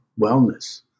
wellness